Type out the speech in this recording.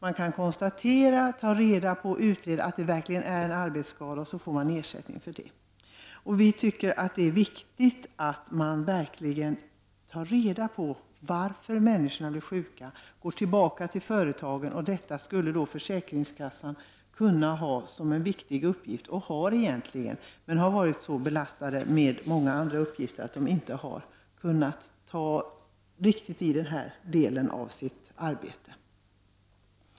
Man kan konstatera, ta reda på och utreda att det verkligen är fråga om arbetsskador och om ersättning utgår för sådana. Vi tycker att det är viktigt att gå tillbaka till företagen och ta reda på varför människor blir sjuka. Detta skulle försäkringskassan kunna ha som en viktig uppgift. Den har egentligen redan den uppgiften, men har varit så belastad med andra uppgifter att den inte riktigt har kunnat ta itu med den delen av sitt arbete.